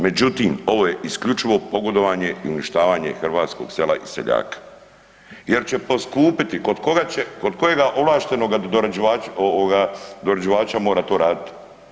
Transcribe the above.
Međutim, ovo je isključivo pogodovanje i uništavanje hrvatskog sela i seljaka jer će poskupiti, kod koga će, kod kojega ovlaštenog dorađivača mora to raditi?